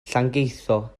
llangeitho